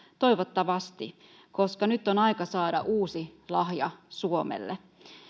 toivottavasti koska nyt on aika saada uusi lahja suomelle